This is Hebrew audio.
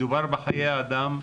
מדובר בחיי אדם,